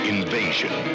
Invasion